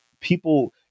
people